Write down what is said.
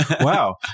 Wow